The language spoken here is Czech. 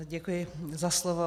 Děkuji za slovo.